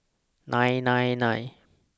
nine nine nine